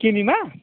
किनिमा